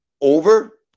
over